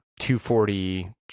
240